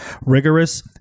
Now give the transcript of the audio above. Rigorous